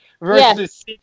versus